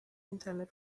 intended